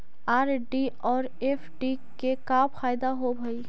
RD और FD के का फायदा होव हई?